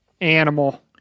animal